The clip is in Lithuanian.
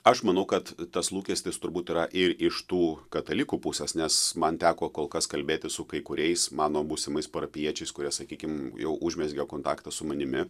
aš manau kad tas lūkestis turbūt yra ir iš tų katalikų pusės nes man teko kol kas kalbėti su kai kuriais mano būsimais parapijiečiais kurie sakykim jau užmezgė kontaktą su manimi